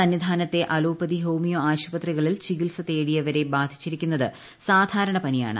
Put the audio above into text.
സന്നിധാനത്തെ allopathy homeo ആശുപത്രികളിൽ ചികിൽസ തേടിയെത്തിവരെ ബാധിച്ചിരിക്കുന്നത് സാധാരണ പനിയാണ്